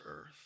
earth